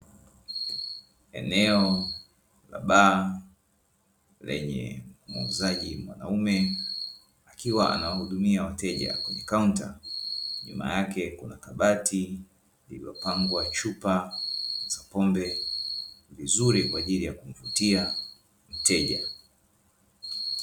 Eneo la baa lenye muuzaji mwanaume, akiwa anawahudumia wateja kwenye kaunta, nyuma yake kuna kabati lilopangwa chupa za pombe vizuri kwa ajili ya kumvutia mteja.